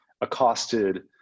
accosted